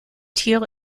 tyr